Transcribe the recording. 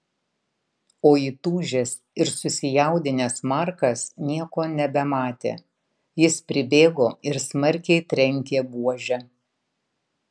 o įtūžęs ir susijaudinęs markas nieko nebematė jis pribėgo ir smarkiai trenkė buože